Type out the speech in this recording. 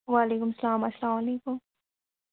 وعلیکُم سَلام اَسلام علیکُم